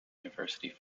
university